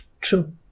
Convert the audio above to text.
True